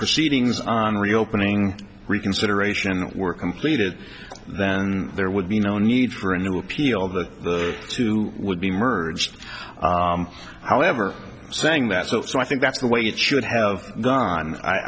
proceedings on reopening reconsideration were completed then there would be no need for a new appeal the two would be merged however saying that so i think that's the way it should have done i